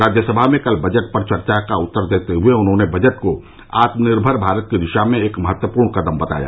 राज्यसभा में कल बजट पर चर्चा का उत्तर देते हुए उन्होंने बजट को आत्मनिर्भर भारत की दिशा में एक महत्वपूर्ण कदम बताया